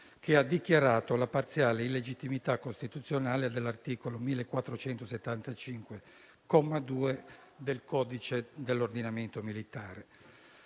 che ha dichiarato la parziale illegittimità costituzionale dell'articolo 1475, comma 2, del codice dell'ordinamento militare.